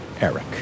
Eric